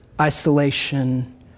isolation